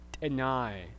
deny